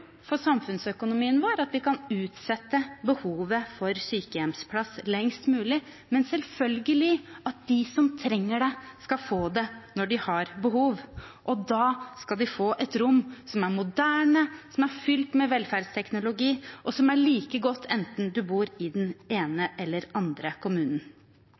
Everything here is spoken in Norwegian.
for samfunnsøkonomien vår at vi kan utsette behovet for sykehjemsplass lengst mulig, men selvfølgelig skal de som trenger det, få det når de har behov, og da skal de få et rom som er moderne, som er fylt med velferdsteknologi, og som er like godt, enten man bor i den ene eller den andre kommunen.